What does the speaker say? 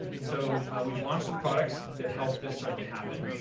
so we've launched some products that helped this start to happen.